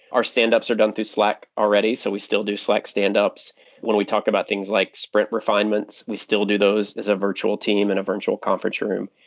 our stand-ups are done through slack already, so we still do slack stand-ups when we talk about things like sprint refinements. we still do those as a virtual team and a virtual conference room.